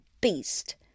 beast